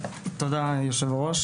תודה, היושב-ראש.